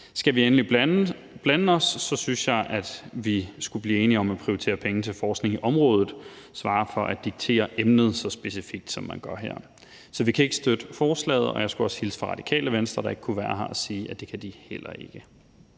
Skal vi endelig blande os, synes jeg, vi skulle blive enige om at prioritere penge til forskning på området, snarere end at diktere emnet så specifikt, som man gør her. Så vi kan ikke støtte forslaget. Og jeg skulle også hilse fra Radikale Venstre, der ikke kunne være her, og sige, at det kan de heller ikke.